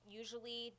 usually